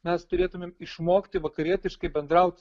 mes turėtumėm išmokti vakarietiškai bendraut